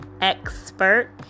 expert